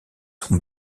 son